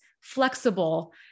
flexible